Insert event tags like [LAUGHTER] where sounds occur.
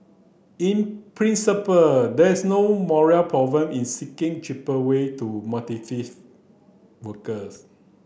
in principle there is no moral problem in seeking cheaper way to [UNINTELLIGIBLE] workers